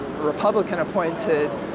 Republican-appointed